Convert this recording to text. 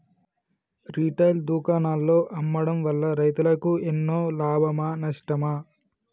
Retail దుకాణాల్లో అమ్మడం వల్ల రైతులకు ఎన్నో లాభమా నష్టమా?